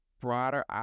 broader